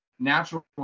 natural